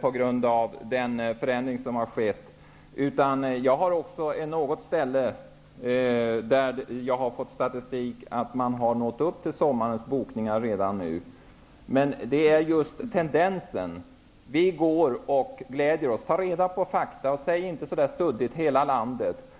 på grund av den förändring som har skett. Jag har också fått statistik som visar att man på något ställe redan nu har fyllt sommarens bokningar. Vi går och glädjer oss åt sådant, men jag menar att man bör ta reda på fakta och inte suddigt tala om ''hela landet''.